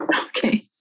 Okay